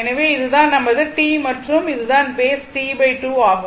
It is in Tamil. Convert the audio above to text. எனவே இது தான் நமது T மற்றும் இது தான் பேஸ் T2 ஆகும்